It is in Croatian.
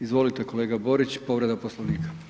Izvolite kolega Borić, povreda poslovnika.